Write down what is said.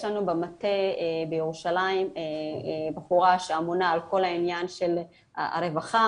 יש לנו במטה בירושלים בחורה שאמונה על כל העניין של הרווחה.